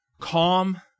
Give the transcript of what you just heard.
calm